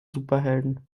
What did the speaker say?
superhelden